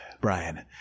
brian